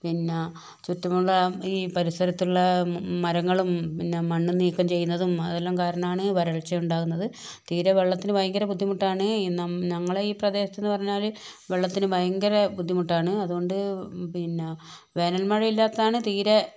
പിന്നെ ചുറ്റുമുള്ള ഈ പരിസരത്തുള്ള മരങ്ങളും പിന്നെ മണ്ണ് നീക്കം ചെയ്യുന്നതും അതെല്ലാം കാരണമാണ് വരൾച്ച ഉണ്ടാകുന്നത് തീരെ വെള്ളത്തിന് ഭയങ്കര ബുദ്ധിമുട്ടാണ് ഞങ്ങൾ ഈ പ്രദേശത്ത് എന്നു പറഞ്ഞാൽ വെള്ളത്തിന് ഭയങ്കര ബുദ്ധിമുട്ടാണ് അതുകൊണ്ട് പിന്നെ വേനൽ മഴയില്ലാത്തതാണ് തീരെ